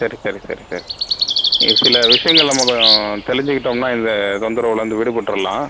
சரி சரி சரி சரி இது சில விஷயங்கள மொதல் தெரிஞ்சிகிட்டோம்னா இந்த தொந்தரவுலேருந்து விடுபட்டுறலாம்